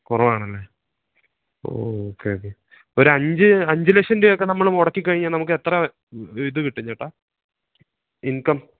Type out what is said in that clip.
കുറവാണല്ലേ okay okay ഒരഞ്ച് അഞ്ച് ലക്ഷം രൂപയൊക്കെ നമ്മള് മുടക്കിക്കഴിഞ്ഞാല് നമുക്കെത്ര ഇത് കിട്ടും ചേട്ടാ ഇൻകം